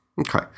Okay